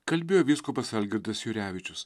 kalbėjo vyskupas algirdas jurevičius